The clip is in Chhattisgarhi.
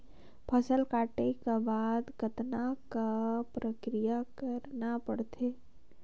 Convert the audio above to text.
फसल काटे के बाद कतना क प्रक्रिया करना पड़थे?